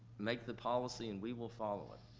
make the policy and we will follow it.